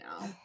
now